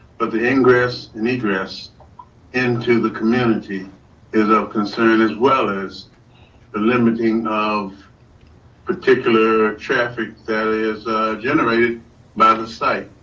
but the ingress and egress into the community is of concern as well as the limiting of particular traffic that is generated by the site.